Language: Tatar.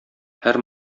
һәр